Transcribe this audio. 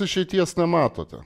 išeities nematote